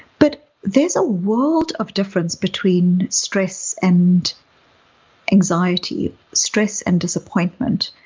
but there's a world of difference between stress and anxiety, stress and disappointment,